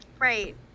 right